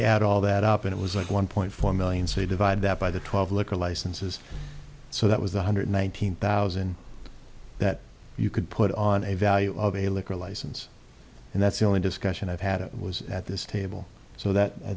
you add all that up it was like one point four million say divide that by the twelve liquor licenses so that was one hundred nineteen thousand that you could put on a value of a liquor license and that's the only discussion i've had it was at this table so that i